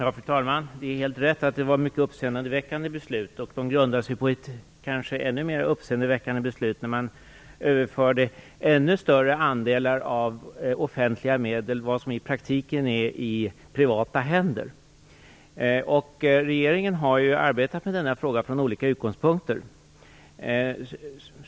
Fru talman! Det är helt riktigt att det var mycket uppseendeväckande beslut. De grundade sig på kanske ännu mer uppseendeväckande beslut, när man överförde ännu större andelar av offentliga medel till vad som i praktiken är privata händer. Regeringen har arbetat med denna fråga från olika utgångspunkter.